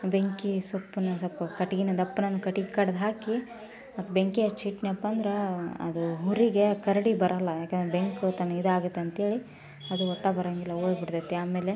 ಬೆಂಕಿ ಸೊಪ್ಪನ್ನು ಸ್ವಲ್ಪ ಕಟ್ಗೆನ ದಪ್ಪನನ್ನ ಕಟ್ಟಿಗೆ ಕಡ್ದು ಹಾಕಿ ಮತ್ತು ಬೆಂಕಿ ಹಚ್ಚಿಟ್ನಪ್ಪ ಅಂದ್ರೆ ಅದು ಹುರಿಗೆ ಕರಡಿ ಬರಲ್ಲ ಯಾಕೆಂದ್ರೆ ಬೆಂಕಿ ತಣ್ಣಗೆ ಇದಾಗುತ್ತೆ ಅಂಥೇಳಿ ಅದು ಒ ಬರೋಂಗಿಲ್ಲ ಹೋಗ್ಬಿಡ್ತೈತಿ ಆಮೇಲೆ